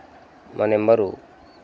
మా నెంబరు